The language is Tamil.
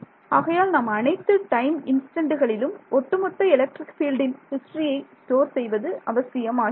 ஆகையால் நாம் அனைத்து டைம் இன்ஸ்டன்ட்களிலும் ஒட்டுமொத்த எலக்ட்ரிக் ஃபீல்டின் ஹிஸ்டரியை ஸ்டோர் செய்வது அவசியம் ஆகிறது